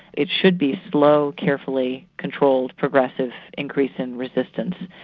it should be slow, carefully controlled, progressive increase in resistance,